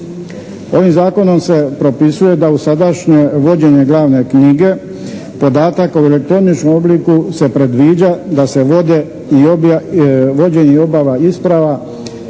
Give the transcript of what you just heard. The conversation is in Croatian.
Ovim Zakonom se propisuje da u sadašnjoj vođenje glavne knjige podatak u elektroničkom obliku se predviđa da se vode vođenje i obava isprava